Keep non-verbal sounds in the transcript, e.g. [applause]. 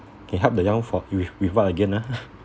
it helped the young for with with what again ah [breath]